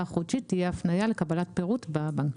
החודשית תהיה הפניה לקבלת פירוט בבנק.